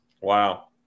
Wow